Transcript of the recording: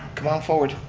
come on forward.